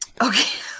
okay